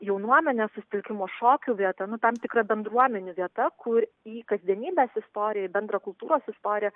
jaunuomenė susitelkimo šokių vieta tam tikra bendruomenių vieta kur į kasdienybės istoriją į bendrą kultūros istoriją